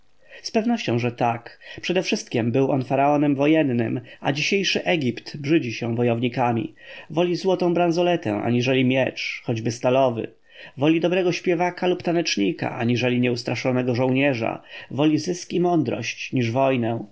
pewnością że tak przedewszystkiem był on faraonem wojennym a dzisiejszy egipt brzydzi się wojownikami woli złotą branzoletę aniżeli miecz choćby stalowy woli dobrego śpiewaka lub tanecznika aniżeli nieustraszonego żołnierza woli zysk i mądrość niż wojnę